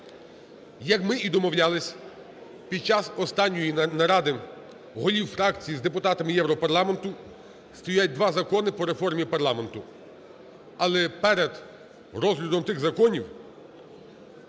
як ми і домовлялись під час останньої наради голів фракцій з депутатами Європарламенту, стоять два закони по реформі парламенту. Але перед розглядом тих законів